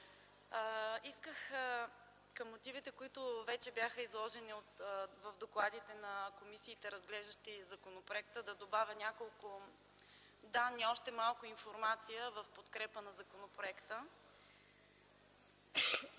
на мотивите, които бяха изложени в докладите на комисиите, разглеждащи законопроекта, ще добавя още няколко данни, още малко информация в подкрепа на законопроекта.